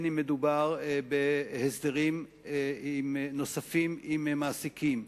אם מדובר בהסדרים נוספים עם מעסיקים,